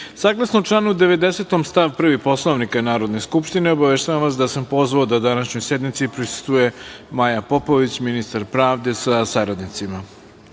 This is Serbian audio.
Ivković. Saglasno članu 90. stav 1. Poslovnika Narodne skupštine, obaveštavam vas da sam pozvao da današnjoj sednici prisustvuje Maja Popović, ministar pravde, sa saradnicima. Poštovani